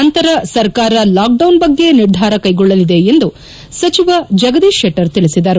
ನಂತರ ಸರ್ಕಾರ ಲೌಕ್ಡೌನ್ ಬಗ್ಗೆ ನಿರ್ಧಾರ ಕೈಗೊಳ್ಳಲಿದೆ ಎಂದು ಸಚಿವ ಜಗದೀಶ್ ಶೆಟ್ಟರ್ ತಿಳಿಸಿದರು